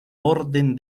orden